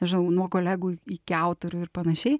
nežinau nuo kolegų i iki autorių ir panašiai